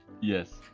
Yes